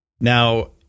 now